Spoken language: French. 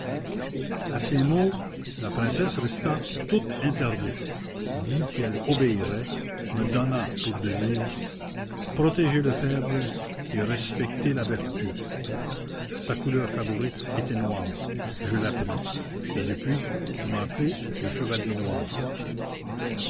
a ces mots la princesse resta toute interdite dit qu'elle obéirait me donna pour devise protégez le faible et respectez la vertu sa couleur favorite était noire je la pris et depuis on m'a appelé le chevalier noir